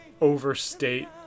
overstate